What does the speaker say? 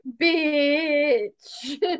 bitch